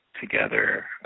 together